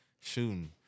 shooting